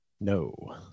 No